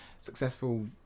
successful